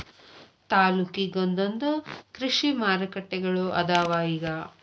ತಾಲ್ಲೂಕಿಗೊಂದೊಂದ ಕೃಷಿ ಮಾರುಕಟ್ಟೆಗಳು ಅದಾವ ಇಗ